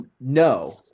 No